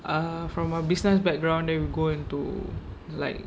ah from our business background then we go into like